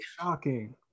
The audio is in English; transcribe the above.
Shocking